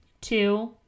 two